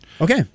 Okay